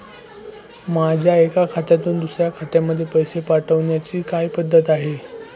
माझ्या एका खात्यातून दुसऱ्या खात्यामध्ये पैसे पाठवण्याची काय पद्धत आहे?